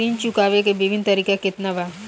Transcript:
ऋण चुकावे के विभिन्न तरीका केतना बा?